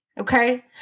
Okay